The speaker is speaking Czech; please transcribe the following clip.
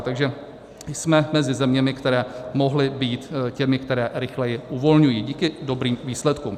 Takže jsme mezi zeměmi, které mohly být těmi, které rychleji uvolňují díky dobrým výsledkům.